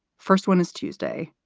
first one is tuesday.